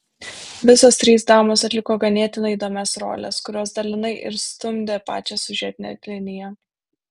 visos trys damos atliko ganėtinai įdomias roles kurios dalinai ir stumdė pačią siužetinę liniją